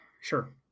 sure